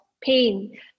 pain